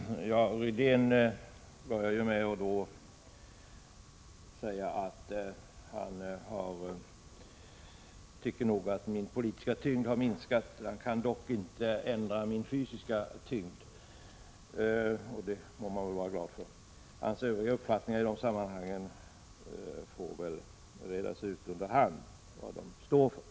Herr talman! Rune Rydén började med att säga att han tycker att min politiska tyngd har minskat. Han kan dock inte ändra min fysiska tyngd, och det får man väl vara glad över. När det gäller hans övriga uppfattningar i dessa sammanhang får man under hand reda ut vad de står för.